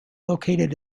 located